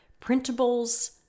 printables